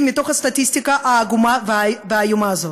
מתוך הסטטיסטיקה העגומה והאיומה הזאת: